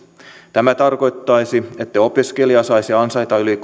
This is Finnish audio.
tämä tarkoittaisi että opiskelija saisi ansaita yli